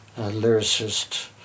lyricist